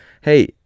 hey